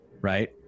right